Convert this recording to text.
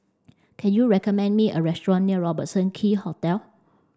can you recommend me a restaurant near Robertson Quay Hotel